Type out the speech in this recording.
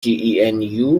gen